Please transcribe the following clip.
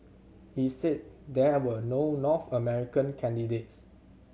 he said there were no North American candidates